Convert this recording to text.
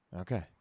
Okay